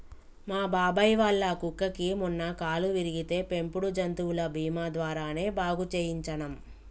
మా బాబాయ్ వాళ్ళ కుక్కకి మొన్న కాలు విరిగితే పెంపుడు జంతువుల బీమా ద్వారానే బాగు చేయించనం